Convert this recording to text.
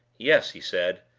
yes, he said,